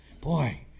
Boy